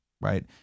right